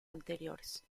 anteriores